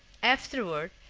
afterward,